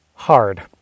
hard